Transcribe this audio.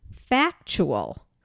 factual